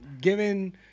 given